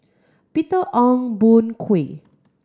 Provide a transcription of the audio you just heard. Peter Ong Boon Kwee